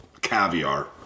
caviar